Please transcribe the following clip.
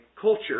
culture